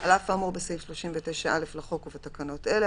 על אף האמור בסעיף 39(א) לחוק ובתקנות אלה,